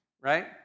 right